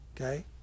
Okay